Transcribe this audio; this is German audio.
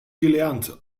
gelernt